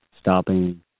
stopping